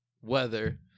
weather